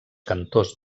cantors